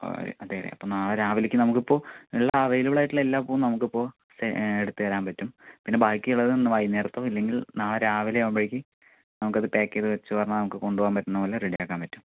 ഓ അതേയ് അപ്പോൾ നാളെ രാവിലേയ്ക്ക് നമുക്കിപ്പോൾ ഉള്ള അവൈലബിളായിട്ടുള്ള എല്ലാ പൂവും നമുക്കിപ്പോൾ എടുത്തുതരാൻ പറ്റും പിന്നെ ബാക്കിയുള്ളത് ഇന്ന് വൈകുന്നേരത്തോ ഇല്ലെങ്കിൽ നാളെ രാവിലെയാവുമ്പഴേക്കും നമുക്കത് പാക് ചെയ്ത് വച്ച് പറഞ്ഞാൽ കൊണ്ടുപോകാൻ പറ്റുന്ന പോലെ റെഡി ആക്കാൻ പറ്റും